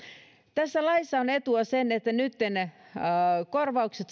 tässä laissa on etuna se että nytten korvaukset